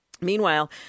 Meanwhile